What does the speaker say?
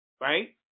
Right